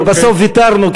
אבל בסוף ויתרנו,